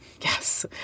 Yes